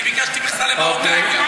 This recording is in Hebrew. אני ביקשתי מכסה גם למרוקאים.